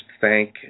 thank